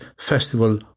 festival